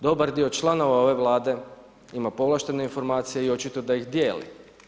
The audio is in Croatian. Dobar dio članova ove Vlade ima povlaštene informacije i očito da ih dijeli.